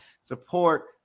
Support